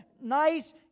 nice